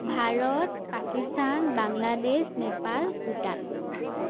Bharat Pakistan Bangladesh Nepal Bhutan